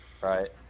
Right